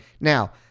Now